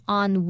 on